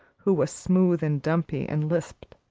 who was smooth and dumpy, and lisped,